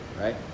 right